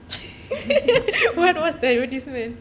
what what was the advertisement